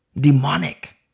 Demonic